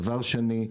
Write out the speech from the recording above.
דבר שני,